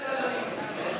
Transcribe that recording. מתנצל, אדוני.